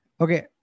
Okay